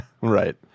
right